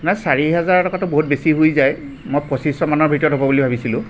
নাই চাৰি হেজাৰ টকাটো বহুত বেছি হৈ যায় মই পঁচিছশ মানত হ'ব বুলি ভাবিছিলোঁ